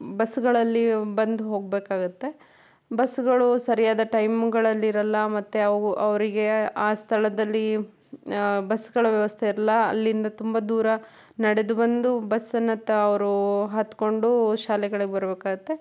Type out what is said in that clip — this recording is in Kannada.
ಬಸ್ಸುಗಳಲ್ಲಿ ಬಂದು ಹೋಗಬೇಕಾಗುತ್ತೆ ಬಸ್ಸುಗಳು ಸರಿಯಾದ ಟೈಮುಗಳಲ್ಲಿರಲ್ಲ ಮತ್ತೆ ಅವು ಅವರಿಗೆ ಆ ಸ್ಥಳದಲ್ಲಿ ಬಸ್ಸುಗಳ ವ್ಯವಸ್ಥೆ ಎಲ್ಲ ಅಲ್ಲಿಂದ ತುಂಬ ದೂರ ನಡೆದು ಬಂದು ಬಸ್ಸಿನತ್ತ ಅವರು ಹತ್ತಿಕೊಂಡು ಶಾಲೆಗಳಿಗೆ ಬರಬೇಕಾಗುತ್ತೆ